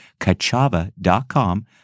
Kachava.com